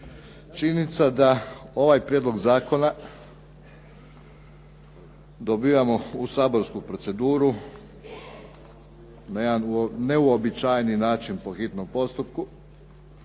Činjenica da ovaj prijedlog zakona dobivamo u saborsku proceduru na jedan neuobičajeni način po hitnom postupku,